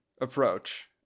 approach